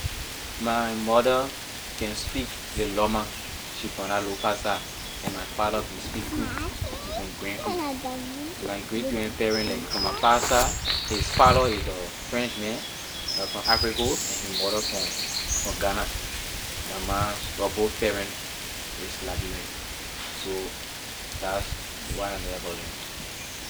My mother can speak ley lorma, she from la lofa side and my father can speak kru he from grand kru, my great grand parent like from my pa side his father is a frenchman he was from ivory coast and his mother from from ghana. my ma her both parent is liberian so that's what I know about them.